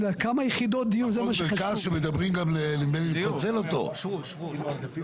אנחנו עושים דברים טובים אבל לפעמים